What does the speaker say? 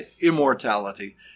immortality